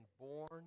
born